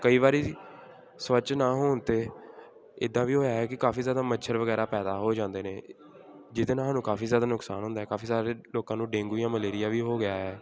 ਕਈ ਵਾਰੀ ਸਵੱਛ ਨਾ ਹੋਣ 'ਤੇ ਇੱਦਾਂ ਵੀ ਹੋਇਆ ਹੈ ਕਿ ਕਾਫੀ ਜ਼ਿਆਦਾ ਮੱਛਰ ਵਗੈਰਾ ਪੈਦਾ ਹੋ ਜਾਂਦੇ ਨੇ ਜਿਹਦੇ ਨਾਲ ਸਾਨੂੰ ਕਾਫੀ ਜ਼ਿਆਦਾ ਨੁਕਸਾਨ ਹੁੰਦਾ ਹੈ ਕਾਫੀ ਜ਼ਿਆਦਾ ਲੋਕਾਂ ਨੂੰ ਡੇਂਗੂ ਜਾਂ ਮਲੇਰੀਆ ਵੀ ਹੋ ਗਿਆ ਹੈ